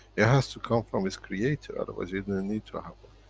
it has to come from its creator. otherwise, you didn't need to have one.